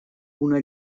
una